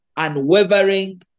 Unwavering